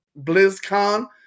BlizzCon